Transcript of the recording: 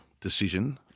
decision